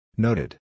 Noted